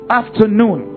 afternoon